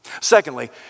Secondly